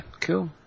cool